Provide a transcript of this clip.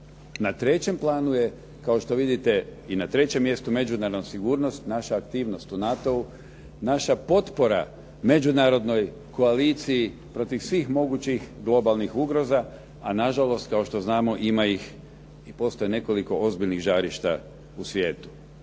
Na trećem planu je, kao što vidite i na trećem mjestu međunarodna sigurnost, naša aktivnost u NATO-u, naša potpora međunarodnoj koaliciji protiv svih mogućih globalnih ugroza, a nažalost kao što znamo ima ih i postoji nekoliko ozbiljnih žarišta u svijetu.